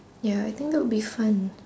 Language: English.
ya I think that would be fun